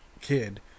kid